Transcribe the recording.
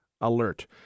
alert